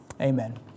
Amen